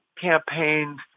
campaigned